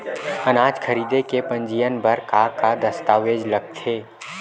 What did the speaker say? अनाज खरीदे के पंजीयन बर का का दस्तावेज लगथे?